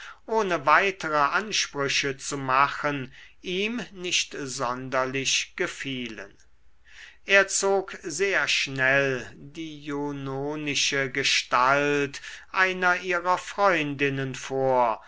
ohne weitere ansprüche zu machen ihm nicht sonderlich gefielen er zog sehr schnell die junonische gestalt einer ihrer freundinnen vor